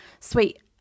sweet